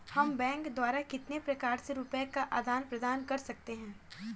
हम बैंक द्वारा कितने प्रकार से रुपये का आदान प्रदान कर सकते हैं?